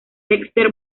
dexter